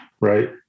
right